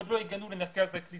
ועוד לא הגענו למרכז הקליטה.